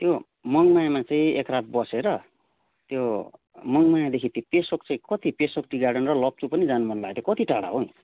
त्यो मङमायामा चाहिँ एकरात बसेर त्यो मङमायादेखि त्यो पेसोक चाहिँ कति पेसोक टी गार्डन र लप्चू पनि जान मन लागेको थियो कति टाढा हो